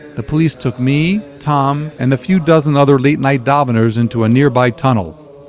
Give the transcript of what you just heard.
the police took me, tom and the few dozen other late-night daveners into a nearby tunnel.